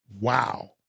wow